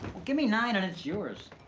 give me nine and it's yours.